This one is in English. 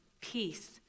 peace